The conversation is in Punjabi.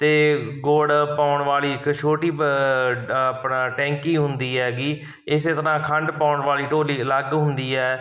ਅਤੇ ਗੁੜ ਪਾਉਣ ਵਾਲੀ ਇੱਕ ਛੋਟੀ ਬ ਆ ਆਪਣਾ ਟੈਂਕੀ ਹੁੰਦੀ ਹੈਗੀ ਇਸ ਤਰ੍ਹਾਂ ਖੰਡ ਪਾਉਣ ਵਾਲੀ ਢੋਲੀ ਅਲੱਗ ਹੁੰਦੀ ਐ